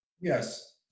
Yes